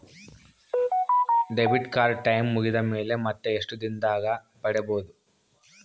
Debit card time ಮುಗಿದ ಮೇಲೆ ಮತ್ತೆ ಎಷ್ಟು ದಿನದಾಗ ಪಡೇಬೋದು?